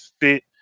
fit